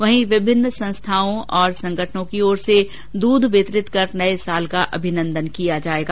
वहीं विभिन्न संस्थानों और संगठनों की ओर से दध वितरण कर नये साल का अभिनंदन किया जायेगा